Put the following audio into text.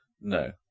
No